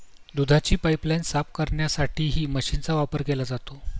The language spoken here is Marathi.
दुधाची पाइपलाइन साफ करण्यासाठीही मशीनचा वापर केला जातो